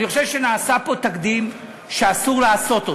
אני חושב שנעשה פה תקדים שאסור לעשות אותו: